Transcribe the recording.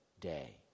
day